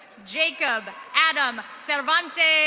jacob adam fervantes.